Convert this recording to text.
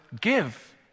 give